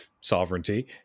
sovereignty